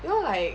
you know like